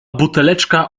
buteleczka